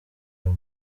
uyu